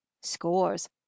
scores